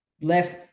left